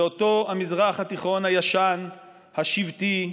זה אותו המזרח התיכון הישן, השבטי,